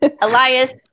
Elias